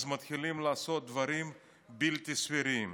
אז מתחילים לעשות דברים בלתי סבירים.